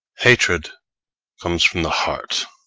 hatred comes from the heart